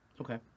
Okay